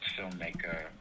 filmmaker